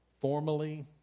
formally